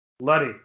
Letty